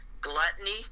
gluttony